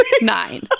Nine